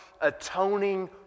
atoning